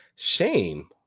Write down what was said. Shame